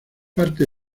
parte